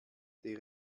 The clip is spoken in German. der